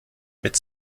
mit